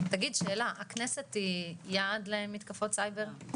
תגיד שאלה, הכנסת היא יעד למתקפות סייבר?